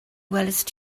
welaist